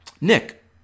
Nick